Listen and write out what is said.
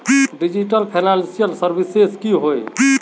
Digital financial services की होय?